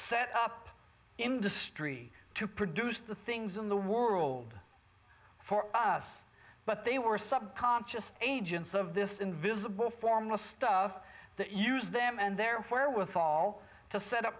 set up industry to produce the things in the world for us but they were subconscious agents of this invisible formless stuff that used them and there where with all to set up